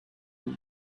lui